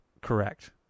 correct